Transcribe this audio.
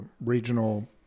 regional